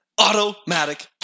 Automatic